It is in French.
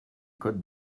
code